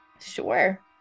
Sure